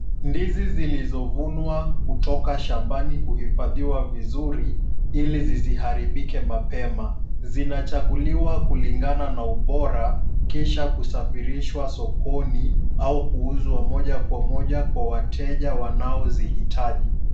Ndizi zilizovunwa kutoka shambani huifadhiwa vizuri ili zisiharibike mapema. Zinachaguliwa kulingana na ubora kisha kusafirishwa sokoni au kuuzwa moja kwa moja kwa wateja wanaozihitaji.